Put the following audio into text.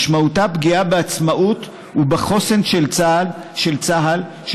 משמעותה פגיעה בעצמאות ובחוסן של צה"ל,